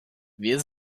wir